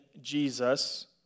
Jesus